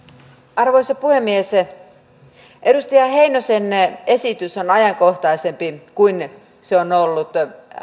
arvoisa puhemies edustaja heinosen esitys on ajankohtaisempi kuin se on ollut